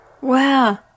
Wow